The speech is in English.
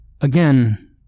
Again